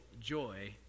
joy